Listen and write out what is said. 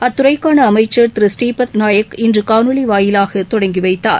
அத்துறைக்கான அமைச்சர் திரு ஸ்ரீபத் நாயக் இன்று காணொலி வாயிலாக தொடங்கி வைத்தார்